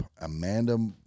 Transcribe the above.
Amanda